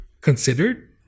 considered